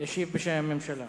ישיב בשם הממשלה.